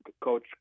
coach